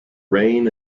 reign